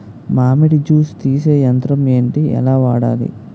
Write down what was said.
మామిడి జూస్ తీసే యంత్రం ఏంటి? ఎలా వాడాలి?